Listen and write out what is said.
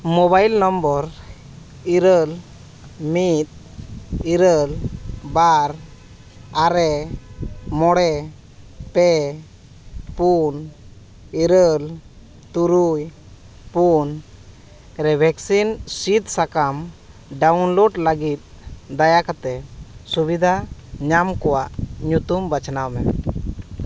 mobile number ᱤᱨᱟᱹᱞ ᱢᱤᱫ ᱤᱨᱟᱹᱞ ᱵᱟᱨ ᱟᱨᱮ ᱢᱚᱬᱮ ᱯᱮ ᱯᱩᱱ ᱤᱨᱟᱹᱞ ᱛᱩᱨᱩᱭ ᱯᱩᱱ ᱨᱮ ᱵᱷᱮᱠᱥᱤᱱ ᱥᱤᱫᱽ ᱥᱟᱠᱟᱢ ᱰᱟᱣᱩᱱᱞᱳᱰ ᱞᱟᱹᱜᱤᱫ ᱫᱟᱭᱟ ᱠᱟᱛᱮᱫ ᱥᱩᱵᱤᱫᱷᱟᱢ ᱧᱟᱢ ᱠᱚᱜᱼᱟ ᱧᱩᱛᱩᱢ ᱵᱟᱪᱷᱱᱟᱣ ᱢᱮ